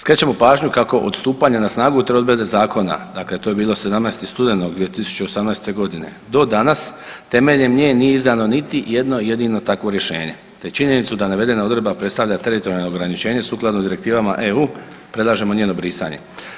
Skrećemo pažnju kako od stupanja na snagu … odredbe zakona dakle to je bilo 17. studenog 2018.g. do danas temeljem nije ni izdano niti jedno jedino takvo rješenje te činjenicu da navedena odredba predstavlja teritorijalno ograničenje sukladno direktivama EU predlažemo njeno brisanje.